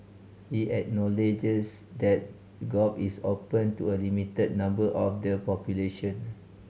he acknowledges that golf is open to a limited number of the population